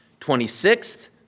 26th